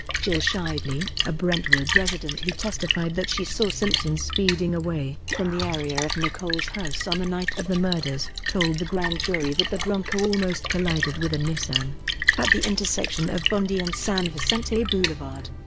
jill shively, a brentwood resident who testified that she saw simpson speeding away from the area of nicole's house on the night of the murders, told the grand jury that the bronco almost collided with a nissan at the intersection of bundy and san vicente boulevard.